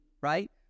right